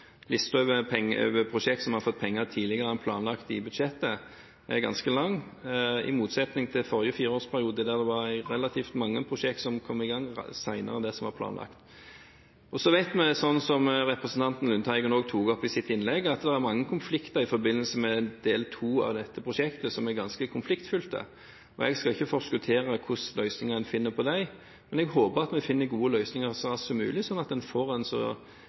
prosjekt som har fått penger tidligere enn planlagt i budsjettet, er ganske lang, i motsetning til i forrige fireårsperiode, der det var relativt mange prosjekt som kom i gang senere enn det som var planlagt. Så vet vi, som representanten Lundteigen også tok opp i sitt innlegg, at det er mange ting i forbindelse med del 2 av dette prosjektet som er ganske konfliktfylte. Jeg skal ikke forskuttere hvilke løsninger en finner på dem, men jeg håper at vi finner gode løsninger så raskt som mulig, slik at en får en